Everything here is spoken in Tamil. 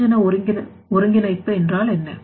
வெகுஜன ஒருங்கிணைப்பு என்றால் என்ன